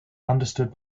understood